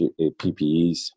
PPEs